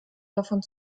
davon